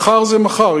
מחר זה מחר,